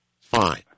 Fine